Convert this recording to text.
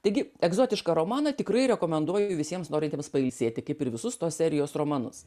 taigi egzotišką romaną tikrai rekomenduoju visiems norintiems pailsėti kaip ir visus tos serijos romanus